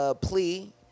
plea